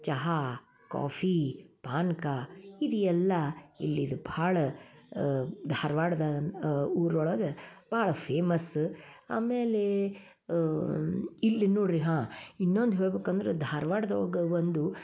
ಚಹಾ ಕಾಫಿ ಪಾನಕ ಇದೆಲ್ಲ ಇಲ್ಲಿದ ಭಾಳ ಧಾರ್ವಾಡ್ದ ಊರೊಳಗ ಭಾಳ ಫೇಮಸ್ ಆಮೇಲೆ ಇಲ್ಲಿ ನೋಡ್ರಿ ಹಾಂ ಇನ್ನೊಂದು ಹೇಳ್ಬೇಕಂದ್ರೆ ಧಾರ್ವಾಡ್ದೊಳ್ಗ ಒಂದು